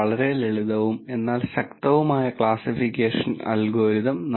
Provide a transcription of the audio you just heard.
അവസാനം ഡാറ്റാ സയൻസിന്റെ ഉപയോഗത്തിന്റെ ഒരു പ്രായോഗിക വ്യാവസായിക ഉദാഹരണത്തോടെ അവസാനിപ്പിക്കുന്നു